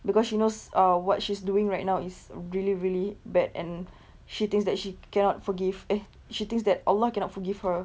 because she knows uh what she's doing right now is really really bad and she thinks that she cannot forgive eh she thinks that allah cannot forgive her